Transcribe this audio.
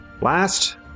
last